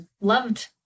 loved